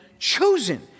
chosen